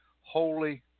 holy